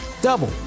double